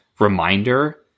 reminder